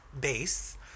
base